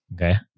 okay